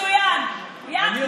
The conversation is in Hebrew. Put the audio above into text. מצוין, תהיה אחראי, מיכאל.